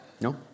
No